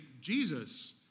Jesus